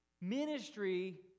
ministry